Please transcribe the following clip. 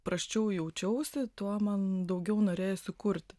prasčiau jaučiausi tuo man daugiau norėjosi kurti